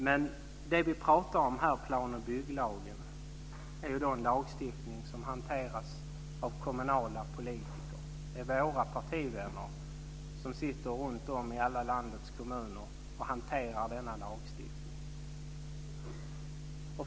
Men det vi talar om här, plan och bygglagen, är en lagstiftning som hanteras av kommunala politiker. Det är våra partivänner som sitter runt om i alla landets kommuner som hanterar denna lagstiftning.